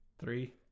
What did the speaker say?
Three